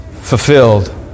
fulfilled